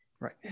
Right